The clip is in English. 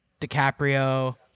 DiCaprio